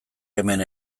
hemen